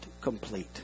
complete